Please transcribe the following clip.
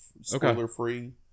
spoiler-free